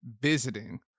visiting